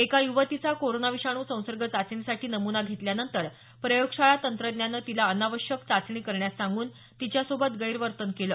एका युवतीचा कोरोना विषाणू संसर्ग चाचणीसाठी नमूना घेतल्यानंतर प्रयोगशाळा तंत्रज्ञाने तिला अनावश्यक चाचणी करण्यास सांगून तिच्यासोबत गैरवर्तन केलं